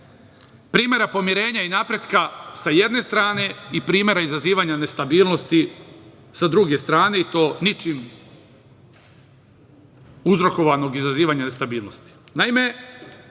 primera pomirenja i napretka s jedne strane i primera izazivanja nestabilnosti sa druge strane i to ničim uzrokovanog izazivanja nestabilnosti. Naime,